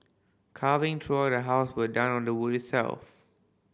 carving throughout the house were done on the wood itself